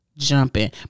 Jumping